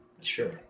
Sure